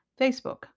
Facebook